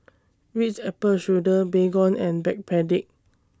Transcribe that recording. Ritz Apple Strudel Baygon and Backpedic